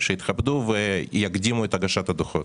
שיתכבדו ויקדימו את הגשת הדוחות.